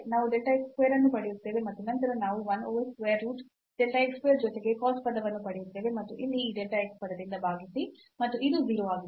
ನಾವು delta x square ಅನ್ನು ಪಡೆಯುತ್ತೇವೆ ಮತ್ತು ನಂತರ ನಾವು 1 over square root delta x square ಜೊತೆಗೆ cos ಪದವನ್ನು ಪಡೆಯುತ್ತೇವೆ ಮತ್ತು ಇಲ್ಲಿ ಈ delta x ಪದದಿಂದ ಭಾಗಿಸಿ ಮತ್ತು ಇದು 0 ಆಗಿದೆ